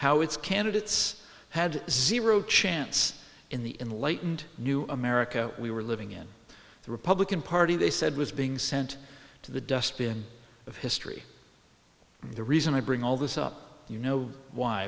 how its candidates had zero chance in the enlightened new america we were living in the republican party they said was being sent to the dustbin of history the reason i bring all this up you know why